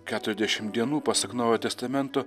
keturiasdešimt dienų pasak naujojo testamento